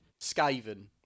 skaven